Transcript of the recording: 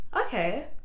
okay